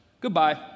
Goodbye